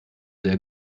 sehr